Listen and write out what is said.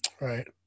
right